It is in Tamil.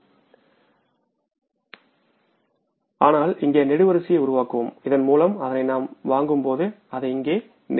இந்த ஜனவரி மாதத்தில் நாம் ரொக்கம் செலுத்தப் போவதில்லை ஆனால் இங்கே நெடுவரிசையை உருவாக்குவோம் இதன் மூலம் அதனை நாம் வாங்கும்போது அதை இங்கே நிரப்பலாம்